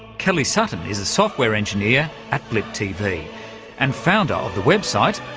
kelly sutton is a software engineer at blip tv and founder of the website,